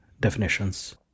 definitions